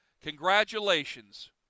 Congratulations